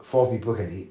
four people can eat